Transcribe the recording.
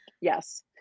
Yes